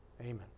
Amen